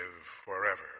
forever